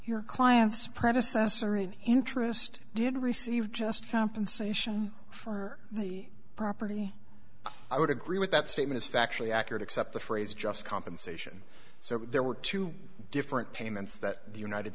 your client's predecessor in interest did receive just compensation for the property i would agree with that statement is factually accurate except the phrase just compensation so there were two different payments that the united